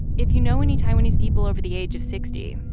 if you know any taiwanese people over the age of sixty,